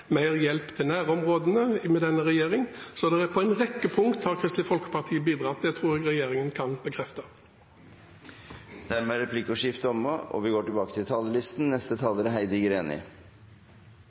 mer hjelp til nærområdene, så på en rekke punkter har Kristelig Folkeparti bidratt. Det tror jeg regjeringen kan bekrefte. Dermed er replikkordskiftet omme. Stortinget vil i dag vedta en rekke forslag til innstramminger i utlendingsloven. Asylforliket som seks parter inngikk i november, og